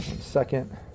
Second